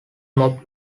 mob